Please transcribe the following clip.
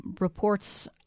reports